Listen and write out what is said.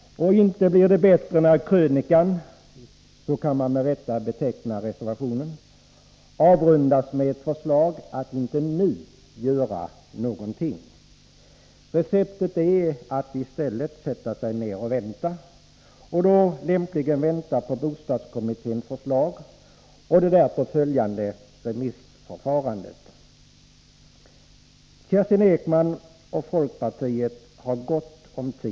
Inte blir det bättre när krönikan — så kan man med rätta beteckna reservationen — avrundas med ett förslag att inte göra någonting nu. Receptet är att i stället sätta sig ned och vänta, och då lämpligen vänta på bostadskommitténs förslag och det därpå följande remissförfarandet. Kerstin Ekman och folkpartiet har gott om tid.